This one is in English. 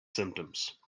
symptoms